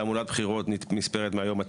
תעמולת בחירות נספרת מהיום ה-90,